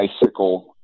bicycle